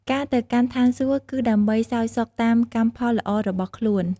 ការទៅកាន់ឋានសួគ៌ គឺដើម្បីសោយសុខតាមកម្មផលល្អរបស់ខ្លួន។